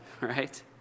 right